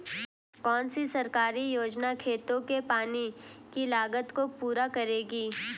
कौन सी सरकारी योजना खेतों के पानी की लागत को पूरा करेगी?